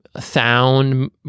sound